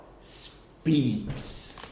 speaks